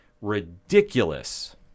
ridiculous